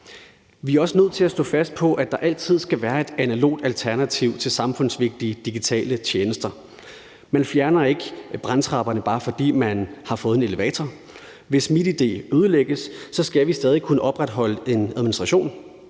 Vi er også nødt til at stå fast på, at der altid skal være et analogt alternativ til samfundsvigtige digitale tjenester. Man fjerner ikke brandtrapperne, bare fordi man har fået en elevator. Hvis MitID ødelægges, skal vi stadig kunne opretholde en administration.